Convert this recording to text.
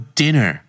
dinner